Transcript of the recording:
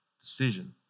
decision